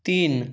তিন